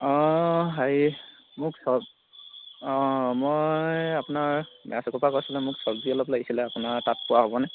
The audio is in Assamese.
অঁ হেৰি মোক মই আপোনাৰ চুকৰপৰা কৈছিলোঁ মোক চব্জি অলপ লাগিছিলে আপোনাৰ তাত পোৱা হ'বনে